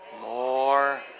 more